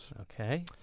Okay